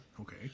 Okay